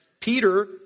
Peter